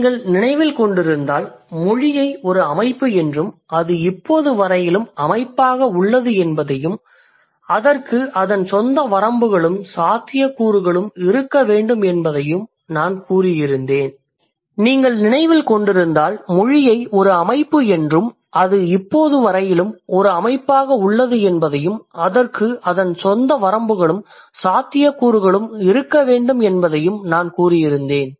நீங்கள் நினைவில் கொண்டிருந்தால் மொழியை ஒரு அமைப்பு என்றும் அது இப்போது வரையிலும் அமைப்பாக உள்ளது என்பதையும் அதற்கு அதன் சொந்த வரம்புகளும் சாத்தியக்கூறுகளும் இருக்க வேண்டும் என்பதையும் நான் கூறியிருந்தேன்